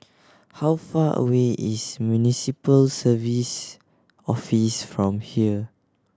how far away is Municipal Service Office from here